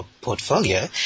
portfolio